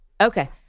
Okay